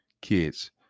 kids